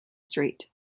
street